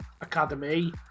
academy